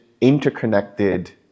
interconnected